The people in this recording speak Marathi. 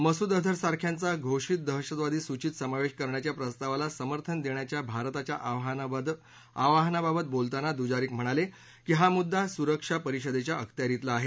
मसूद अझर सारख्यांचा घोषित दहशतवादी सूघित समावेश करण्याच्या प्रस्तावाला समर्थन देण्याच्या भारताच्या आवाहनाबाबत बोलताना दुजारिक म्हणाले की हा मुद्दा सुरक्षा परिषदेच्या अखत्यारितला आहे